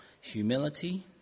humility